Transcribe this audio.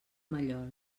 mallol